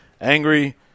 angry